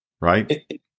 right